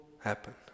happen